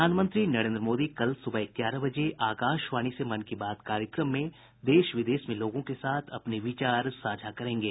प्रधानमंत्री नरेन्द्र मोदी कल सुबह ग्यारह बजे आकाशवाणी से मन की बात कार्यक्रम में देश विदेश में लोगों के साथ अपने विचार साझा करेंगे